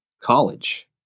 college